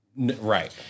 Right